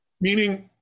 meaning